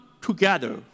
together